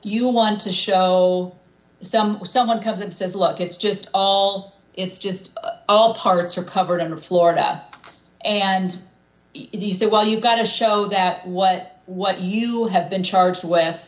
you want to show someone comes and says look it's just all it's just all parts are covered in florida and he said well you've got to show that what what you have been charged